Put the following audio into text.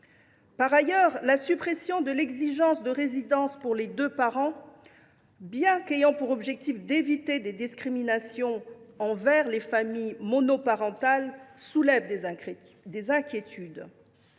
Par ailleurs, la suppression de l’exigence de résidence pour les deux parents, une décision qui vise à éviter toute discrimination à l’égard des familles monoparentales, soulève des inquiétudes.